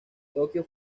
tokio